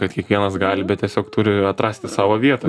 kad kiekvienas gali bet tiesiog turi atrasti savo vietą